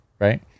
right